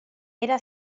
era